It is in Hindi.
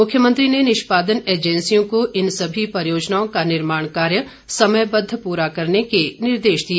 मुख्यमंत्री ने निष्पादन एजेंसियों को इन सभी परियोजनाओं का निर्माण कार्य समयबद्ध पूरा करने के निर्देश दिए